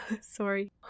Sorry